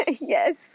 Yes